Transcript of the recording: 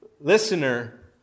listener